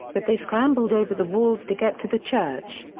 but they scrambled over the walls to get to the church.